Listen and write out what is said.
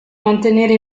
mantenere